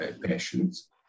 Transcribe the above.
patients